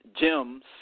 gems